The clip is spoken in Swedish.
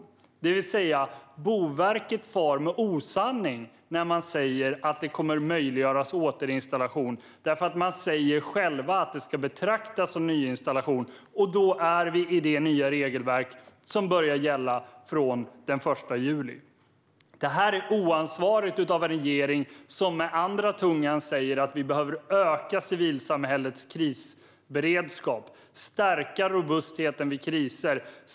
Boverket far alltså med osanning när man säger att återinstallation kommer att möjliggöras. Man säger själv att det ska betraktas som nyinstallation, och då är vi i det nya regelverk som börjar gälla den 1 juli. Detta är oansvarigt av en regering som å andra sidan säger att vi behöver öka civilsamhällets krisberedskap och stärka robustheten vid kriser.